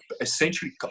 essentially